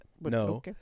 no